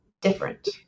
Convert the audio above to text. different